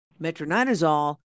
metronidazole